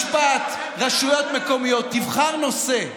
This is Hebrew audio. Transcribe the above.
משפט, רשויות מקומיות, תבחר נושא,